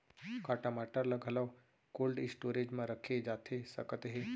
का टमाटर ला घलव कोल्ड स्टोरेज मा रखे जाथे सकत हे?